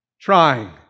trying